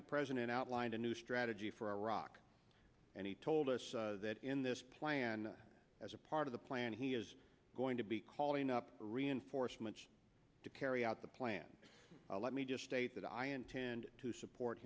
the president outlined a new strategy for iraq and he told us that in this plan as a part of the plan he is going to be calling up reinforcements to carry out the plan let me just state that i intend to support